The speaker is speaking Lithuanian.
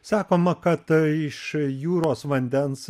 sakoma kad iš jūros vandens